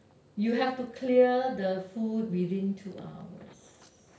you have to clear the food within two hours